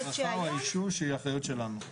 ההערכה או האישוש היא אחריות שלנו.